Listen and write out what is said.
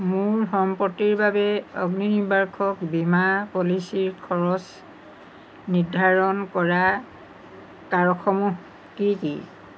মোৰ সম্পত্তিৰ বাবে অগ্নিনিৰ্বাপক বীমা পলিচীৰ খৰচ নিৰ্ধাৰণ কৰা কাৰকসমূহ কি কি